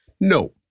no